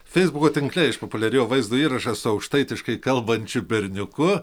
feisbuko tinkle išpopuliarėjo vaizdo įrašas su aukštaitiškai kalbančiu berniuku